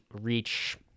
reach